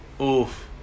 Oof